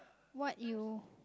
what you